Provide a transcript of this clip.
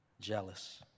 Jealous